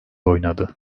oynadı